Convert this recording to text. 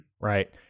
Right